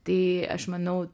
tai aš manau